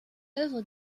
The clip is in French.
œuvre